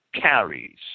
carries